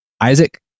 Isaac